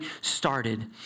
started